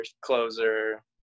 closer